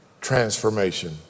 Transformation